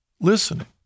listening